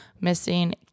missing